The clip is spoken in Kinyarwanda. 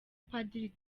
padiri